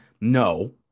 No